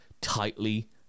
tightly